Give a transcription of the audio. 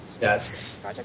Yes